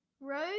rose